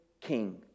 king